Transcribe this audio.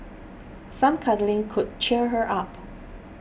some cuddling could cheer her up